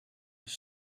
was